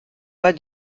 pas